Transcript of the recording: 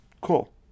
Cool